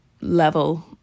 level